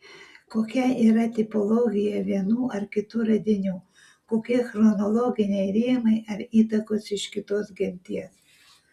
kokia yra tipologija vienų ar kitų radinių kokie chronologiniai rėmai ar įtakos iš kitos genties